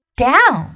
down